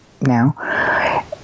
now